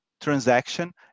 transaction